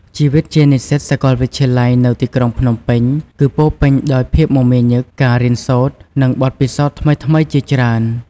ជីវិតជានិស្សិតសាកលវិទ្យាល័យនៅទីក្រុងភ្នំពេញ គឺពោរពេញដោយភាពមមាញឹក ការរៀនសូត្រ និងបទពិសោធន៍ថ្មីៗជាច្រើន។